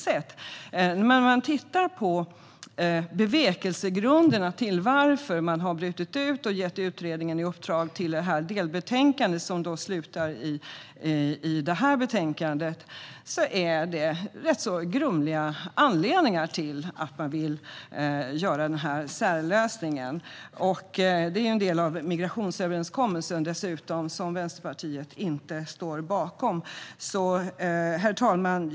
När man tittar på bevekelsegrunderna till varför man har brutit ut och gett ett delbetänkande i uppdrag till utredningen, som har slutat i detta betänkande, ser man att det är rätt grumliga anledningar till att man vill göra denna särlösning. Det här är dessutom en del av migrationsöverenskommelsen, som Vänsterpartiet inte står bakom. Herr talman!